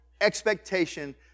expectation